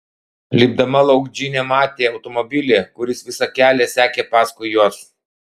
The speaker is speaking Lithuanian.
lipdama lauk džinė matė automobilį kuris visą kelią sekė paskui juos